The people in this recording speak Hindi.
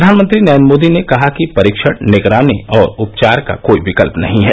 प्रधानमंत्री नरेन्द्र मोदी ने कहा कि परीक्षण निगरानी और उपचार का कोई विकल्प नहीं है